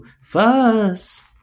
fuss